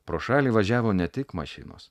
pro šalį važiavo ne tik mašinos